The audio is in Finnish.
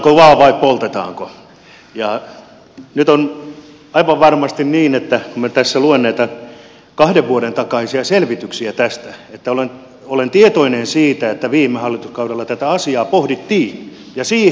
nyt on aivan varmasti niin että kun minä tässä luen näitä kahden vuoden takaisia selvityksiä tästä olen tietoinen siitä että viime hallituskaudella tätä asiaa pohdittiin ja siihen viittasin